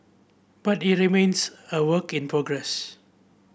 but it remains a work in progress